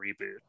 reboot